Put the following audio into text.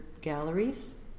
galleries